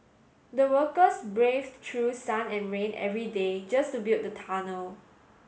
the workers braved through sun and rain every day just to build the tunnel